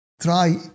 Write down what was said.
try